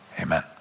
amen